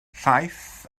llaeth